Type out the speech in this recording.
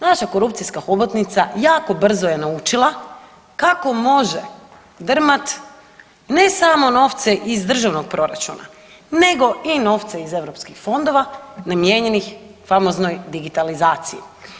Naša korupcijska hobotnica jako brzo je naučila kako može drmat ne samo novce iz državnog proračuna nego i novce iz europskih fondova namijenjenih famoznoj digitalizaciji.